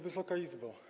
Wysoka Izbo!